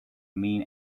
mean